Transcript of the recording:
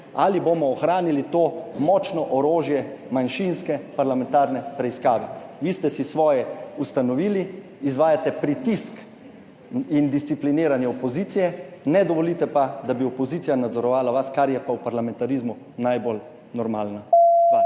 ali bomo ohranili to močno orožje manjšinske parlamentarne preiskave. Vi ste si svoje ustanovili, izvajate pritisk in discipliniranje opozicije, ne dovolite pa, da bi opozicija nadzorovala vas, kar je pa v parlamentarizmu najbolj normalna stvar.